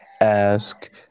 Ask